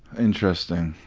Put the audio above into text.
interesting.